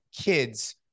kids